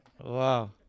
Wow